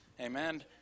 Amen